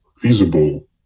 feasible